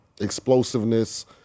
explosiveness